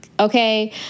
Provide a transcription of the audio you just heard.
Okay